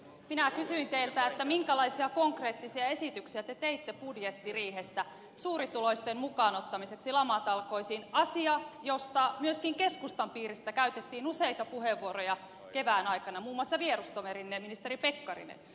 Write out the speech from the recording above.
minä kysyin teiltä minkälaisia konkreettisia esityksiä te teitte budjettiriihessä suurituloisten mukaan ottamiseksi lamatalkoisiin asia josta myöskin keskustan piiristä käytettiin useita puheenvuoroja kevään aikana muun muassa vierustoverinne ministeri pekkarinen